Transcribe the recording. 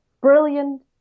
brilliant